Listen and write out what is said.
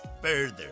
further